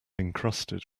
encrusted